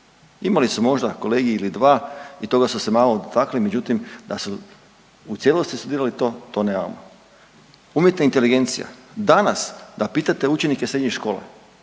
imali su možda kolegij ili dva i toga su se malo dotakli, međutim da su u cijelosti studirali to, to nemamo. Umjetna inteligencija danas da pitate učenike srednjih škola